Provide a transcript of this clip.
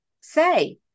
say